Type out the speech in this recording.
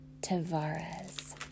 Tavares